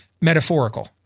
metaphorical